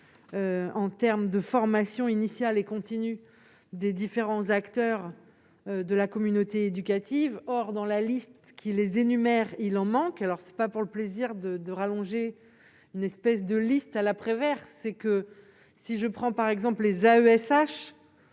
en terme de formation initiale et continue des différents acteurs de la communauté éducative, or dans la liste qui les énumère : il en manque, alors c'est pas pour le plaisir de de rallonger une espèce de liste à la Prévert, c'est que si je prends par exemple, les AESH